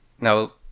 now